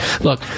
Look